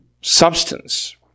substance